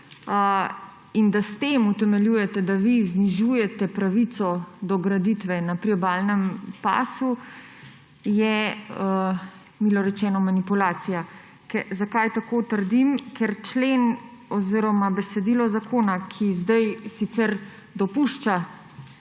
in da s tem utemeljujete, da vi znižujete pravico do graditve na priobalnem pasu, je milo rečeno manipulacija. Zakaj tako trdim? Ker člen oziroma besedilo zakona, ki zdaj sicer dopušča